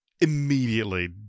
immediately